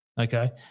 okay